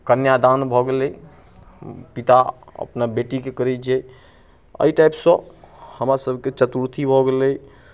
कन्यादान भऽ गेलै पिता अपना बेटीके करैत छै एहि टाइपसँ हमरा सबकेँ चतुर्थी भऽ गेलै